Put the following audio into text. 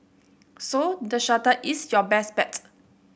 so the shuttle is your best bet